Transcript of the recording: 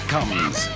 Comes